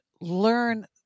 learn